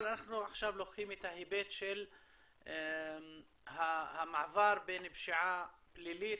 אבל אנחנו עכשיו לוקחים את ההיבט של המעבר בין פשיעה פלילית